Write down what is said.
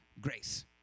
grace